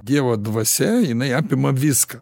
dievo dvasia jinai apima viską